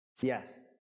yes